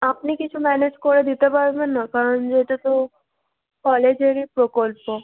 আপনি কিছু ম্যানেজ করে দিতে পারবেন না কারণ এটা তো কলেজেরই প্রকল্প